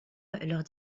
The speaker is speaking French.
leurs